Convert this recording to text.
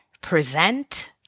present